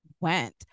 went